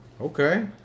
Okay